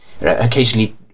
occasionally